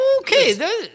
okay